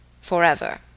Forever